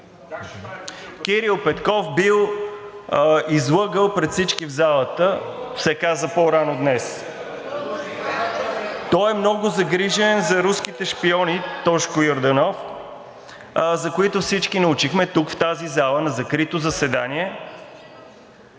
Кирил Петков бил излъгал пред всички в залата – се каза по-рано днес. (Реплики от ИТН и ГЕРБ-СДС.) Той е много загрижен за руските шпиони – Тошко Йорданов, за които всички научихме тук в тази зала на закрито заседание.